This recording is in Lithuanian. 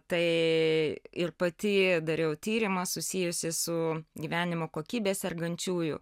tai ir pati dariau tyrimą susijusį su gyvenimo kokybe sergančiųjų